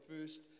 first